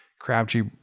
Crabtree